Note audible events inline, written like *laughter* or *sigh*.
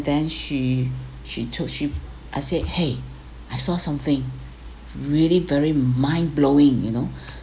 then she she told she I said !hey! I saw something really very mind blowing you know *breath*